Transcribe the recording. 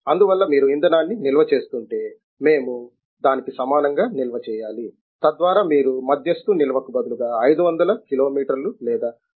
అందువల్ల మీరు ఇంధనాన్ని నిల్వ చేస్తుంటే మేము దానికి సమానంగా నిల్వ చేయాలి తద్వారా మీరు మధ్యస్తు నిల్వకు బదులుగా 500 కిలోమీటర్లు లేదా 600 కిలోమీటర్లు సాగవచ్చు